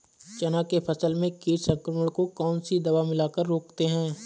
चना के फसल में कीट संक्रमण को कौन सी दवा मिला कर रोकते हैं?